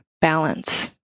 balance